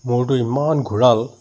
মূৰটো ইমান ঘূৰাল